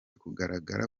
kugaragara